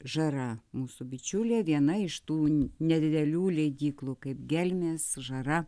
žara mūsų bičiulė viena iš tų nedidelių leidyklų kaip gelmės žara